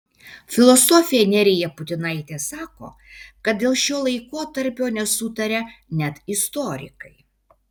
filosofė nerija putinaitė sako kad dėl šio laikotarpio nesutaria net istorikai